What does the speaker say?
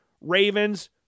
Ravens